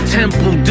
temple